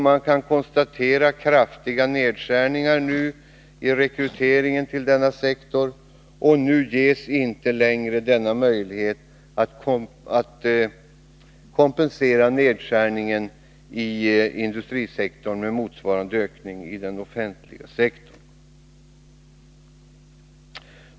Man kan konstatera kraftiga nedskärningar i rekryteringen till denna sektor, och nu ges inte längre möjlighet att | kompensera nedskärningar i industrisektorn med motsvarande ökning i den offentliga sektorn.